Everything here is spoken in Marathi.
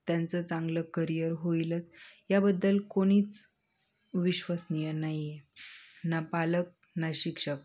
त्यांचं चांगलं करियर होईलच याबद्दल कोणीच विश्वसनीय नाही आहे ना पालक ना शिक्षक